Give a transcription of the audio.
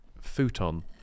Futon